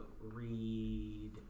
read